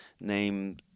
name